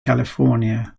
california